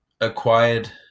acquired